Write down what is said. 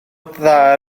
dda